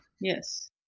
Yes